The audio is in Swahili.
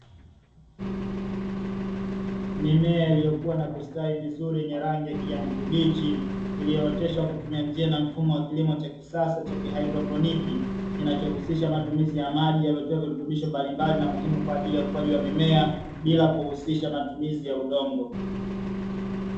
Mimea ilikua na kustawi vizuri, yenye rangi ya kijani kibichi, iliooteshwa kwa kutumia njia na mfumo wa kilimo cha kisasa cha kihaidroponiki, kinachohusisha matumizi ya maji yaliyo tiwa virutubisho mbalimbali na muhimu kwa ajili ya ukuaji wa mimea, bila kuhusisha matumizi ya udongo.